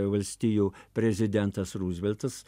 valstijų prezidentas ruzveltas